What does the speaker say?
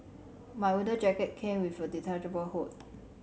my winter jacket came with a detachable hood